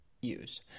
use